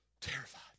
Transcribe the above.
terrified